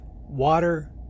water